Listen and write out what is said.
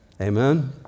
Amen